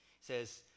says